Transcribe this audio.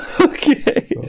Okay